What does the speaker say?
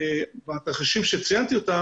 בתרחישים שציינתי,